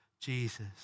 Jesus